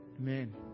Amen